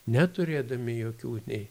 neturėdami jokių nei